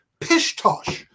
Pishtosh